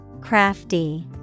Crafty